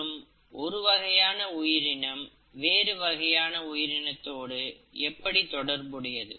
மற்றும் ஒரு வகையான உயிரினம் வேறு வகையான உயிரினத்தோடு எப்படி தொடர்புடையது